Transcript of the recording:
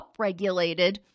upregulated